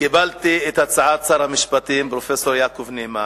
קיבלתי את הצעת שר המשפטים, פרופסור יעקב נאמן,